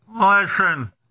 Listen